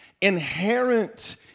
Inherent